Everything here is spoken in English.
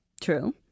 True